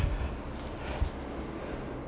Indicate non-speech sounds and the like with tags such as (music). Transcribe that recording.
(breath)